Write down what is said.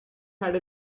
had